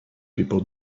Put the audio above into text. people